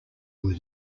were